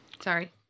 sorry